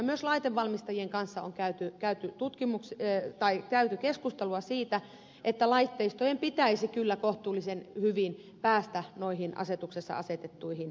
myös laitevalmistajien kanssa on käyty keskustelua siitä että laitteistojen pitäisi kyllä kohtuullisen hyvin päästä noihin asetuksessa asetettuihin tasoihin